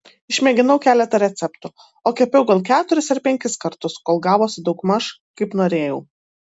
išmėginau keletą receptų o kepiau gal keturis ar penkis kartus kol gavosi daugmaž kaip norėjau